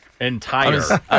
Entire